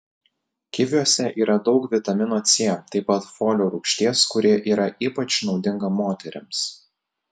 kiviuose yra daug vitamino c taip pat folio rūgšties kuri yra ypač naudinga moterims